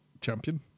champion